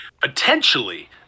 potentially